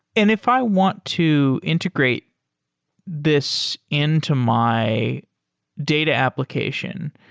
and if i want to integrate this into my data application,